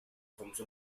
famoso